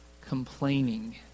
complaining